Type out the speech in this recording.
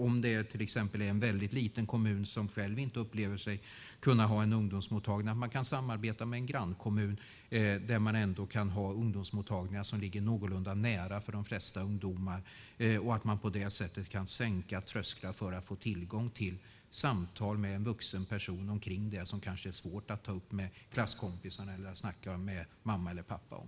Om exempelvis en väldigt liten kommun inte upplever att man kan ha en ungdomsmottagning kan man samarbeta med en grannkommun, så att man ändå kan få ungdomsmottagningar som ligger någorlunda nära för de flesta ungdomar och på det sättet kan sänka trösklarna för att få tillgång till samtal med en vuxen person kring det som kanske är svårt att ta upp med klasskompisarna eller prata med mamma eller pappa om.